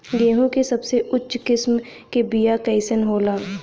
गेहूँ के सबसे उच्च किस्म के बीया कैसन होला?